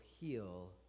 heal